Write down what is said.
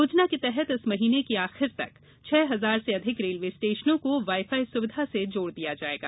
योजना के तहत इस महीने की आखिर तक छह हजार से अधिक रेलवे स्टेशनों को वाई फाई सुविधा से जोड़ दिया जायेगा